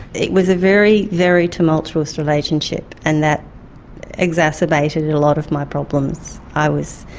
it was a very, very tumultuous relationship, and that exacerbated and a lot of my problems. i was.